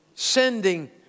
Sending